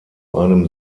einem